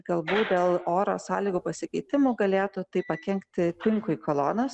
galbūt dėl oro sąlygų pasikeitimų galėtų tai pakenkti tinkui kolonos